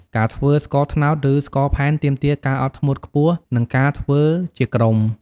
ការធ្វើស្ករត្នោត ឬ ស្ករផែនទាមទារការអត់ធ្មត់ខ្ពស់ និងការធ្វើជាក្រុម។